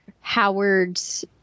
Howard's